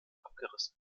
abgerissen